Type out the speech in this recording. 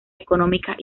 económicas